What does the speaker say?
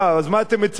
אז מה אתם מצפים,